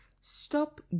Stop